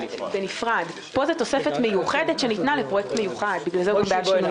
אני חושב שאחרי